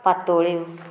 पातोळ्यो